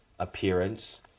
Appearance